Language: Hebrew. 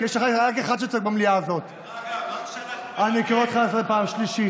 אותך לסדר פעם שנייה.